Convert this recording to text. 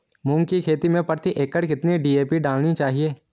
मूंग की खेती में प्रति एकड़ कितनी डी.ए.पी डालनी चाहिए?